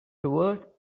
toward